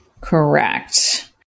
Correct